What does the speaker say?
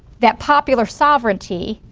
that popular sovereignty,